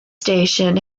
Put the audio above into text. station